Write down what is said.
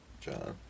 John